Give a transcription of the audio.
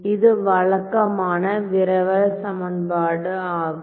இது வழக்கமான விரவல் சமன்பாடு ஆகும்